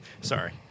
Sorry